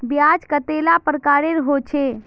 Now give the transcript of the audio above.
ब्याज कतेला प्रकारेर होचे?